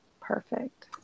perfect